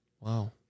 Wow